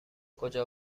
کجا